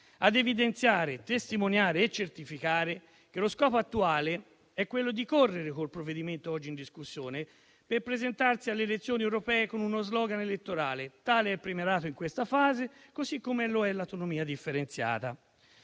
ad evidenziare, testimoniare e certificare che lo scopo attuale è quello di correre con il provvedimento oggi in discussione per presentarsi alle elezioni europee con uno slogan elettorale. Tale è il premierato in questa fase così come lo è l'autonomia differenziata.